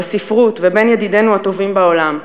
בספרות ובין ידידינו הטובים בעולם,